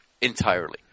Entirely